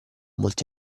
molti